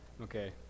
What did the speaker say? Okay